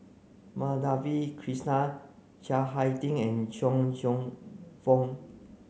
Madhavi Krishnan Chiang Hai Ding and Cheong Cheong Fook